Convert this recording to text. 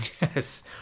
Yes